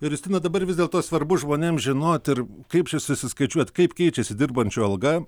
ir justina dabar vis dėlto svarbu žmonėm žinot ir kaip čia susiskaičiuot kaip keičiasi dirbančio alga